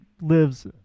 lives